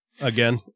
Again